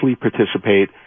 participate